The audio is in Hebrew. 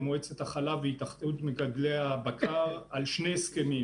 מועצת החלב והתאחדות מגדלי הבקר על שני הסכמים,